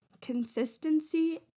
consistency